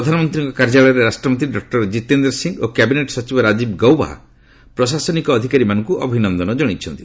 ପ୍ରଧାନମନ୍ତ୍ରୀଙ୍କ କାର୍ଯ୍ୟାଳୟରେ ରାଷ୍ଟ୍ରମନ୍ତ୍ରୀ ଡକ୍ଟର ଜିତେନ୍ଦ୍ର ସିଂ ଓ କ୍ୟାବିନେଟ୍ ସଚିବ ରାଜୀବ ଗୌବା ପ୍ରଶାସନିକ ଅଧିକାରୀମାନଙ୍କୁ ଅଭିନ୍ଦନ ଜଣାଇଛନ୍ତି